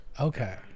Okay